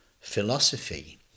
philosophy